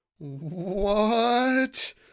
What